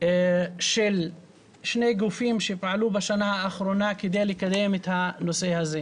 של שני גופים שפעלו בשנה האחרונה כדי לקדם את הנושא הזה: